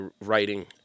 writing